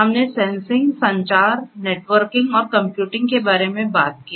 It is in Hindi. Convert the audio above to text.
हमने सेंसिंग संचार नेटवर्किंग और कंप्यूटिंग के बारे में बात की